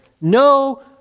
No